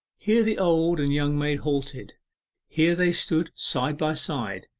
here the old and young maid halted here they stood, side by side,